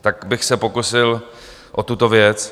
Tak bych se pokusil o tuto věc.